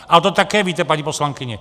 Ale to také víte, paní poslankyně!